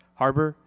harbor